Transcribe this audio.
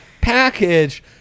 package